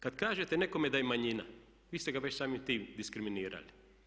Kad kažete nekome da je manjina vi ste ga već samim tim diskriminirali.